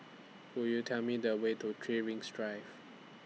Could YOU Tell Me The Way to three Rings Drive